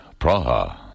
Praha